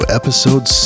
episode